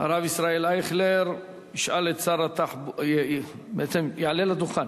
ישראל אייכלר, שיעלה לדוכן.